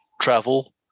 travel